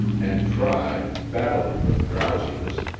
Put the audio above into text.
and tried, battling with drowsiness,